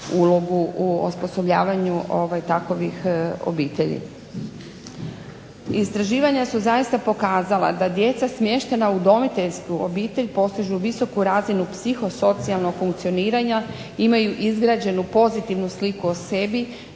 ulogu u osposobljavanju takvih obitelji. Istraživanja su zaista pokazala da djeca smještena u udomiteljsku obitelj postižu visoku razinu psihosocijalnog funkcioniranja, imaju izgrađenu pozitivnu sliku o sebi,